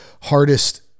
hardest